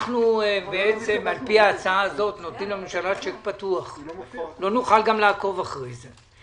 על פי ההצעה הזאת אנחנו נותנים לממשלה צ'ק פתוח ולא נוכל לעקוב אחרי זה.